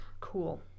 Cool